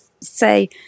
say